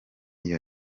iyo